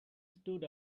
stood